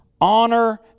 honor